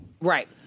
Right